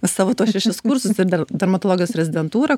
savo tuos šešis kursus ir dar dermatologijos rezidentūrą